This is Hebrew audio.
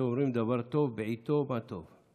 על זה אומרים: דבר טוב בעיתו, מה טוב.